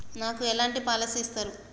నాకు ఎలాంటి పాలసీ ఇస్తారు?